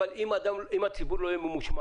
אבל אם הציבור לא יהיה ממושמע,